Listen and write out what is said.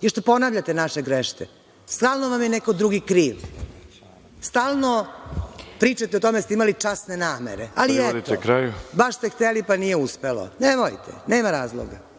je što ponavljate naše greške. Stalno vam je neko drugi kriv. Stalno pričate o tome da ste imali časne namere, ali, eto, baš ste hteli pa nije uspelo. Nemojte, nema razloga.